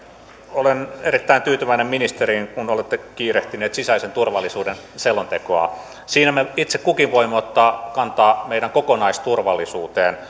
olen erittäin tyytyväinen ministeriin kun olette kiirehtinyt sisäisen turvallisuuden selontekoa siinä me itse kukin voimme ottaa kantaa meidän kokonaisturvallisuuteen